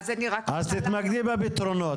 אז תתמקדי בפתרונות,